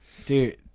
Dude